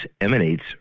emanates